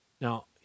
Now